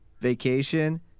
vacation